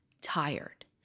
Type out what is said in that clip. tired